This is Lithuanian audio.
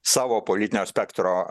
savo politinio spektro